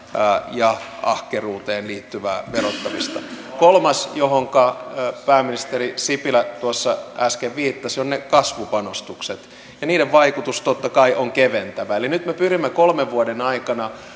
ja ahkeruuteen liittyvää verottamista kolmas johonka pääministeri sipilä tuossa äsken viittasi ovat ne kasvupanostukset ja niiden vaikutus totta kai on keventävä eli nyt me pyrimme kolmen vuoden aikana